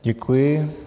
Děkuji.